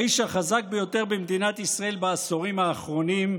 האיש החזק ביותר במדינת ישראל בעשורים האחרונים,